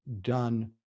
done